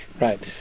right